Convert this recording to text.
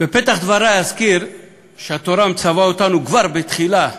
בפתח דברי אזכיר שהתורה מצווה אותנו כבר בתחילה,